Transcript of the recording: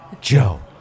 Joe